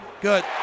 good